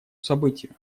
событию